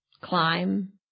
climb